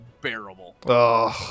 bearable